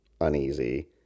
uneasy